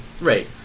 right